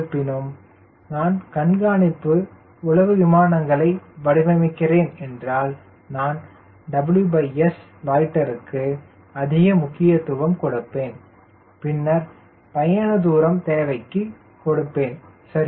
இருப்பினும் நான் கண்காணிப்பு உளவு விமானங்களை வடிவமைக்கிறேன் என்றால் நான் WS லொய்ட்டருக்கு அதிக முக்கியத்துவம் கொடுப்பேன் பின்னர் பயண தூரம் தேவைக்கு கொடுப்பேன் சரி